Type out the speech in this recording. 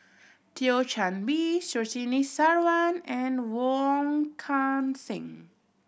Thio Chan Bee Surtini Sarwan and Wong Kan Seng